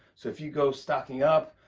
so if you go stocking up,